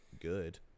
good